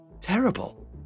Terrible